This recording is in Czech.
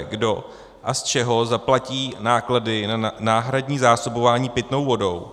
Kdo a z čeho zaplatí náklady na náhradní zásobování pitnou vodou?